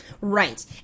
right